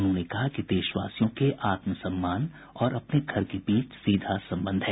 उन्होंने कहा कि देशवासियों के आत्म सम्मान और अपने घर के बीच सीधा संबंध है